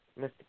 Mr